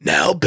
Now